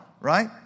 right